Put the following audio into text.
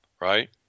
right